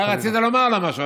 אתה רצית לומר לו משהו,